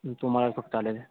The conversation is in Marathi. तुम्हाला फक्त आलेले